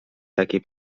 takiej